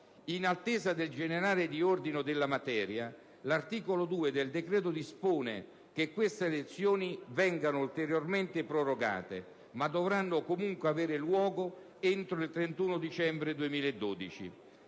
In attesa del generale riordino della materia, l'articolo 2 del decreto dispone che queste elezioni vengano ulteriormente prorogate, ma dovranno comunque avere luogo entro il 31 dicembre 2012.